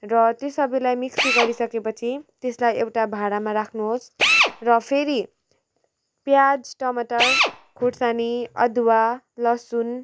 र त्यो सबैलाई मिक्सी गरि सकेपछि त्यसलाई एउटा भाँडामा राख्नुहोस् र फेरि प्याज टमाटर खुर्सानी अदुवा लसुन